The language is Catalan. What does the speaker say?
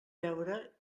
beure